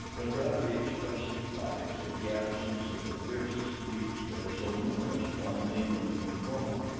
when bradley expressed surprise at the absence of the fiercest beasts that are so numerous upon the mainland of caprona,